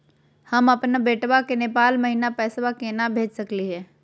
हम अपन बेटवा के नेपाल महिना पैसवा केना भेज सकली हे?